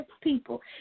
people